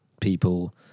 people